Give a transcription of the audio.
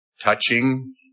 touching